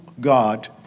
God